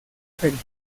feria